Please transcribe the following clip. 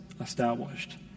established